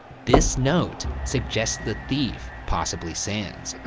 this note suggests the thief, possibly sands,